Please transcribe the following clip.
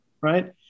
right